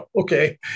okay